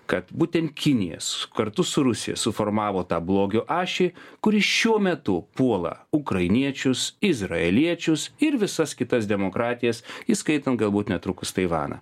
kad būtent kinija kartu su rusija suformavo tą blogio ašį kuri šiuo metu puola ukrainiečius izraeliečius ir visas kitas demokratijas įskaitant galbūt netrukus taivaną